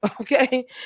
okay